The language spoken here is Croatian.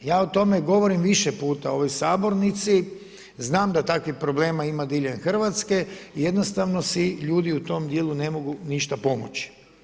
o tome govorim više puta u ovoj Sabornici, znam da takvih problema ima diljem Hrvatske i jednostavno si ljudi u tom dijelu ne mogu ništa pomoći.